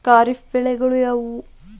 ಖಾರಿಫ್ ಬೆಳೆಗಳು ಯಾವುವು?